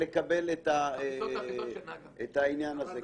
לקבל את העניין הזה.